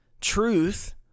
truth